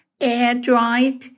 air-dried